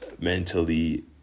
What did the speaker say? mentally